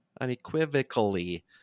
unequivocally